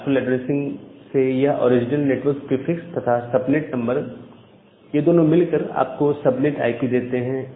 classful addressing से यह original network prefix तथा सबनेट नंबर यह दोनों मिलकर आपको सब नेट आईपी देते हैं